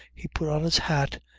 he put on his hat,